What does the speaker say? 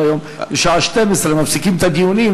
היום: בשעה 12:00 מפסיקים את הדיונים,